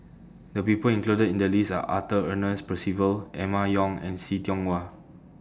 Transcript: The People included in The list Are Arthur Ernest Percival Emma Yong and See Tiong Wah